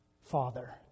Father